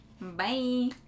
Bye